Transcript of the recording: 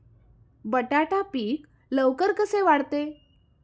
बटाटा पीक लवकर कसे वाढते?